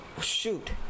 shoot